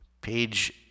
page